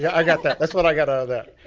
yeah i got that. that's what i got out of that.